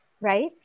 right